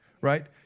right